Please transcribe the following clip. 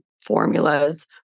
formulas